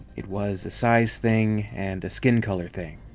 it was a size thing and a skin color thing.